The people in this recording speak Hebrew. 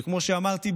כמו שאמרתי,